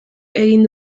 egin